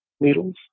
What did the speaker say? needles